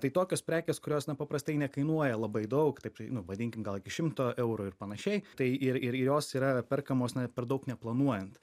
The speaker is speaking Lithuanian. tai tokios prekės kurios na paprastai nekainuoja labai daug taip tai nu vadinkim gal iki šimto eurų ir panašiai tai ir ir jos yra perkamos na per daug neplanuojant